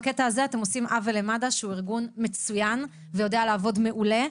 בקטע הזה אתם עושים עוול למד"א שהוא ארגון מצוין ויודע לעבוד מעולה.